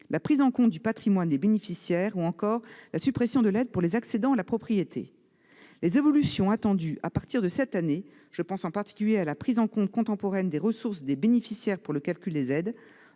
la prise en compte du patrimoine des bénéficiaires, ou encore la suppression de l'aide pour les accédants à la propriété. Les évolutions attendues à partir de cette année- je pense, en particulier, à la prise en compte contemporaine des ressources des bénéficiaires pour le calcul des aides,